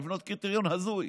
לבנות קריטריון הזוי?